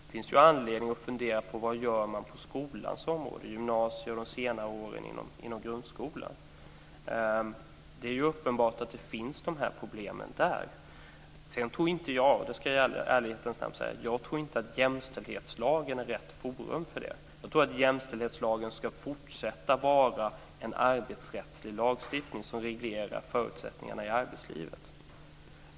Det finns anledning att fundera på vad man gör på skolans område, i gymnasieskolan och under de senare åren i grundskolan. Vi ska skicka med regeringen den frågan för övervägande. Det är uppenbart att dessa problem finns där. I ärlighetens namn ska jag säga att jag inte tror att jämställdhetslagen är rätt forum för det. Den ska fortsätta vara en arbetsrättslig lag, som reglerar förutsättningarna i arbetslivet.